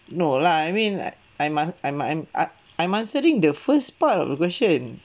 no lah I mean like I'm an I'm an I I'm answering the first part of the question